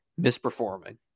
misperforming